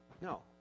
no